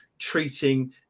treating